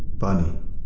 but